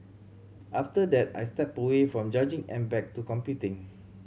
after that I stepped away from judging and back to competing